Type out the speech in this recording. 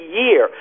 year